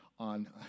on